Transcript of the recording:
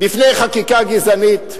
בפני חקיקה גזענית.